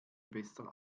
besser